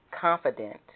confident